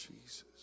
Jesus